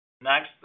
Next